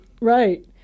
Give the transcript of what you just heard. right